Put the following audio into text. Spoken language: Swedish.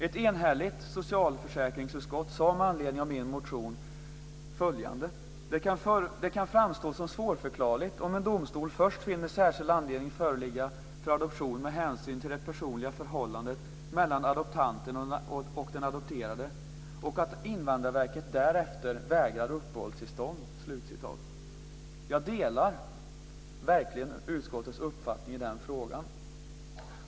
Ett enhälligt socialförsäkringsutskott sade med anledning av min motion följande: "Det kan också framstå som svårförklarligt om en domstol först finner särskild anledning föreligga för adoption med hänsyn till det personliga förhållandet mellan adoptanten och den adopterade och att Invandrarverket därefter vägrar uppehållstillstånd." Jag delar verkligen utskottets uppfattning i den frågan.